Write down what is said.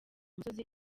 musozi